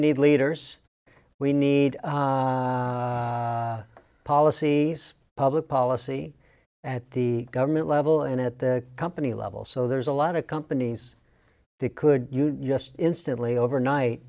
need leaders we need policies public policy at the government level and at the company level so there's a lot of companies could you just instantly overnight